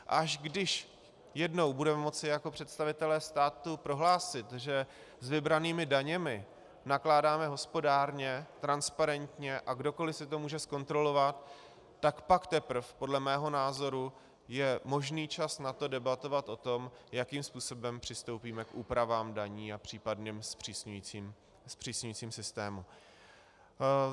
A až když jednou budeme moci jako představitelé státu prohlásit, že s vybranými daněmi nakládáme hospodárně, transparentně a kdokoli si to může zkontrolovat, tak pak teprve podle mého názoru je možný čas na to debatovat o tom, jakým způsobem přistoupíme k úpravám daní a případným zpřísňujícím systémům.